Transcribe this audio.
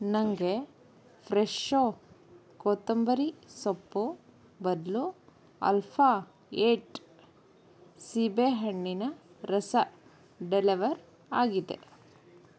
ನನಗೆ ಫ್ರೆಷೋ ಕೊತ್ತಂಬರಿ ಸೊಪ್ಪು ಬದಲು ಅಲ್ಫಾ ಏಟ್ ಸೀಬೇಹಣ್ಣಿನ ರಸ ಡೆಲೆವರ್ ಆಗಿದೆ